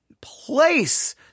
place